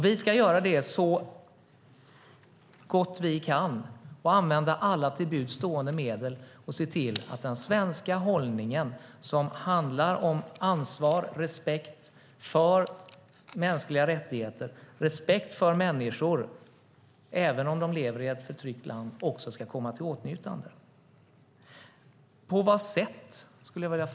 Vi ska göra det så gott vi kan, använda alla till buds stående medel och stå för den svenska hållningen som handlar om ansvar och respekt för mänskliga rättigheter och människor. Även om de lever i ett förtryckt land ska de komma i åtnjutande av detta.